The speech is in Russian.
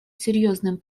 серьезным